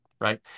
right